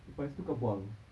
lepas tu kau buang